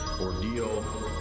ordeal